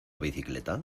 bicicleta